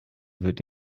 wird